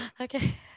Okay